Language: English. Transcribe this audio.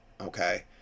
okay